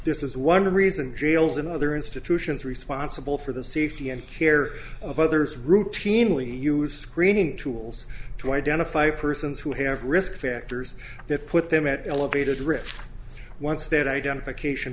this is one reason jails and other institutions responsible for the safety and care of others routinely use screening tools to identify persons who have risk factors that put them at elevated risk once that identification